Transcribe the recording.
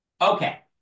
Okay